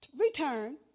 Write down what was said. return